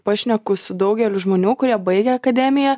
pašneku su daugeliu žmonių kurie baigę akademiją